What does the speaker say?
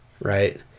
right